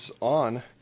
on